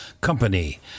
company